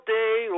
day